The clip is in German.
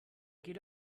geht